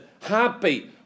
happy